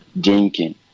drinking